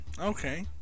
Okay